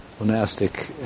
monastic